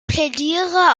plädiere